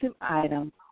item